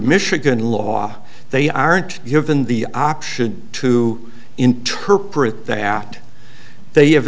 michigan law they aren't given the option to interpret the act they have